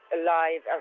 alive